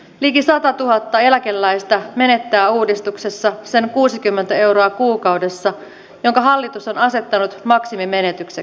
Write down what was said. liki satatuhatta eläkeläistä menettää uudistuksessa sen kuusikymmentä euroa kuukaudessa jonka hallitus on asettanut maksimimenetykset